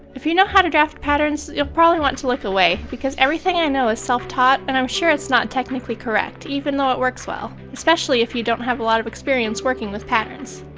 if you know how to draft patterns, you probably want to look away, because everything i know is self-taught and i'm sure it's not technically correct, even though it works well. especially if you don't have a lot of experience working with patterns.